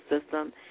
system